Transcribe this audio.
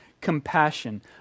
compassion